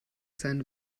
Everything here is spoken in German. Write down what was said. sein